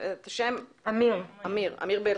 אמיר בלכר,